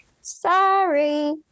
Sorry